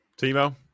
Timo